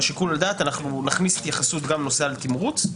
שיקול דעת אנחנו נכניס התייחסות גם לנושא התמרוץ?